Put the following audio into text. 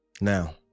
now